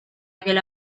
aquel